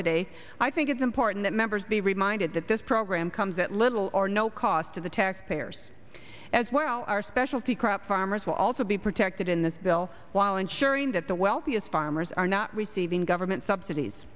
today i think it's important that members be reminded that this program comes at little or no cost to the taxpayers as well our specialty crops farmers will also be protected in this bill while ensuring that the wealthiest farmers are not receiving government subsidies